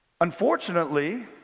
Unfortunately